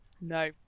No